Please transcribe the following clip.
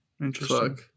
Interesting